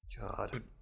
God